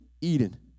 Eden